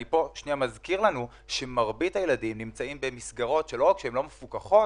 אני מזכיר שמרבית הילדים נמצאים במסגרות שלא רק שהן לא מפוקחות,